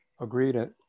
Agreed